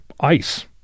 ice